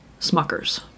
smuckers